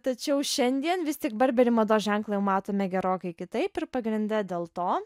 tačiau šiandien vis tik barberi mados ženklą jau matome gerokai kitaip ir pagrinde dėl to